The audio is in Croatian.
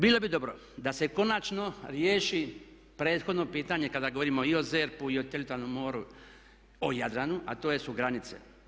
Bilo bi dobro da se konačno riješi prethodno pitanje kada govorimo i o ZERP-u i o teritorijalnom moru, o Jadranu, a to su granice.